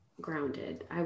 grounded